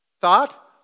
thought